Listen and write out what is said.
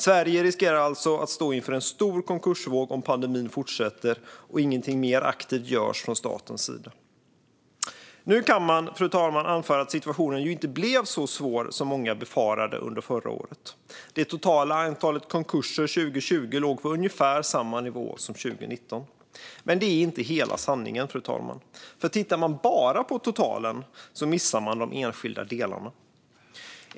Sverige riskerar alltså att stå inför en stor konkursvåg om pandemin fortsätter och ingenting mer aktivt görs från statens sida. Nu kan man, fru talman, anföra att situationen ju inte blev så svår som många befarade under förra året. Det totala antalet konkurser 2020 låg på ungefär samma nivå som 2019. Men det är inte hela sanningen, för tittar man bara på totalen missar man de enskilda delarna.